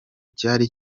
cyari